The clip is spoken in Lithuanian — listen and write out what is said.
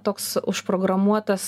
toks užprogramuotas